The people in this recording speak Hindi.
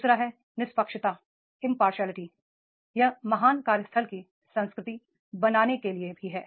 दू सरा है निष्पक्षता यह महान कार्यस्थल की संस्कृति बनाने के लिए भी है